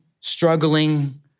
struggling